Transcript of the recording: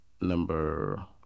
number